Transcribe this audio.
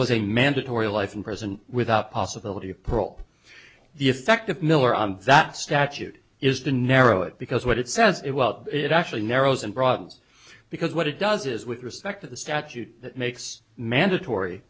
was a mandatory life in prison without possibility of parole the effect of miller on that statute is to narrow it because what it says it well it actually narrows and broadens because what it does is with respect to the statute that makes mandatory